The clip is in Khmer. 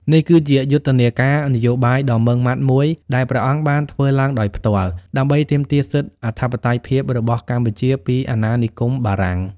នេះគឺជាយុទ្ធនាការនយោបាយដ៏ម៉ឺងម៉ាត់មួយ ដែលព្រះអង្គបានធ្វើឡើងដោយផ្ទាល់ ដើម្បីទាមទារសិទ្ធិអធិបតេយ្យភាពរបស់កម្ពុជាពីអាណានិគមបារាំង។